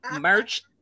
merch